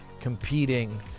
competing